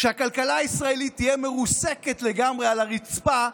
כשהכלכלה הישראלית תהיה מרוסקת לגמרי על הרצפה,